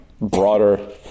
broader